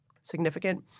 significant